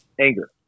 anger